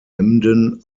emden